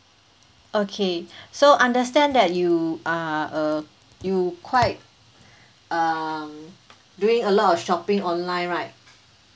okay so understand that you are a you quite um doing a lot of shopping online right